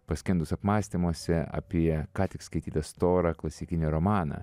paskendus apmąstymuose apie ką tik skaitytą storą klasikinį romaną